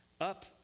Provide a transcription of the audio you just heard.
Up